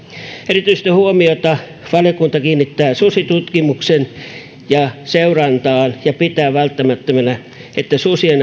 erityistä huomiota valiokunta kiinnittää susitutkimukseen ja seurantaan ja pitää välttämättömänä että susien